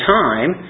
time